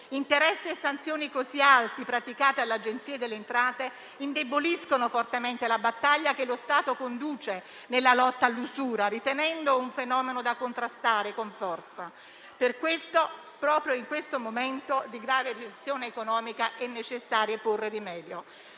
Interessi e sanzioni così alti praticati dall'Agenzia delle entrate indeboliscono fortemente la battaglia che lo Stato conduce nella lotta all'usura, ritenendola un fenomeno da contrastare con forza. Per questo, proprio in questo momento di grave recessione economica, è necessario porre rimedio.